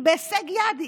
היא בהישג יד,